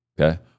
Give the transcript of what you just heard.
okay